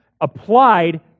applied